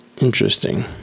Interesting